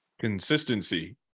Consistency